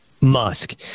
Musk